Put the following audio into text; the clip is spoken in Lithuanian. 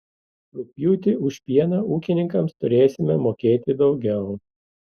rugpjūtį už pieną ūkininkams turėsime mokėti daugiau